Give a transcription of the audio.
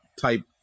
type